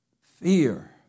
Fear